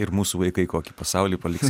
ir mūsų vaikai kokį pasaulį paliks